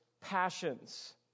passions